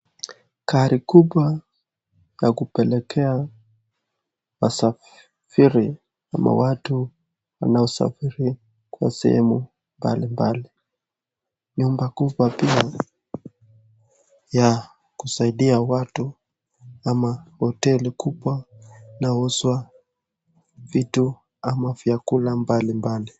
Gari kubwa ya kupelekea wasafiri ama watu wanaosafiri sehemu mbalimbali nyumba kubwa ya kusaidia watu ana hoteli kubwa inauswa vitu ama vyakula mbalimbali.